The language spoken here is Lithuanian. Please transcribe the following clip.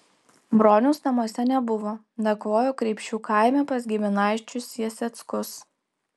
broniaus namuose nebuvo nakvojo kreipšių kaime pas giminaičius jaseckus